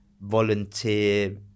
volunteer